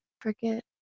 forget